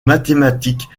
mathématiques